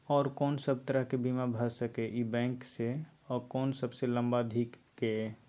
आर कोन सब तरह के बीमा भ सके इ बैंक स आ कोन सबसे लंबा अवधि के ये?